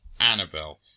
Annabelle